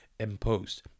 Imposed